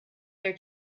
their